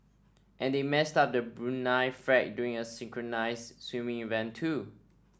and they messed up the Brunei flag during a synchronised swimming event too